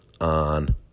on